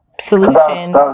solution